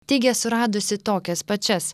teigia suradusi tokias pačias